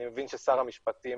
אני מבין ששר המשפטים